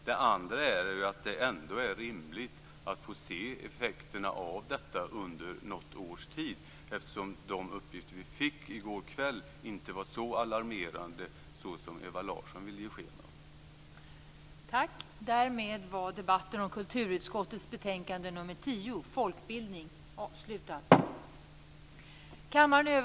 Det andra är att det ändå är rimligt att få se effekterna av detta under något års tid, eftersom de uppgifter vi fick i går kväll inte var så alarmerande som Ewa Larsson vill ge sken av.